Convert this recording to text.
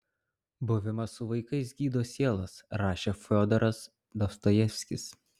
buvimas su vaikais gydo sielas rašė fiodoras dostojevskis